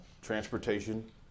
transportation